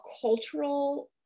cultural